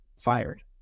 fired